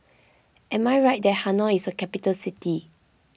am I right that Hanoi is a capital city